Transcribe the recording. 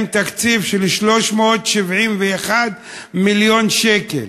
עם תקציב של 371 מיליון שקל,